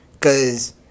cause